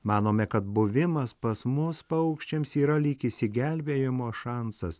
manome kad buvimas pas mus paukščiams yra lyg išsigelbėjimo šansas